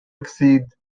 exceed